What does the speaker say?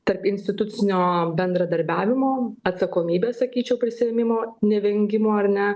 tarpinstitucinio bendradarbiavimo atsakomybės sakyčiau prisiėmimo nevengimo ar ne